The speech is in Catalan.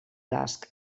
casc